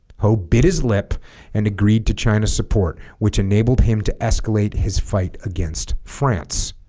hoe bit his lip and agreed to china's support which enabled him to escalate his fight against france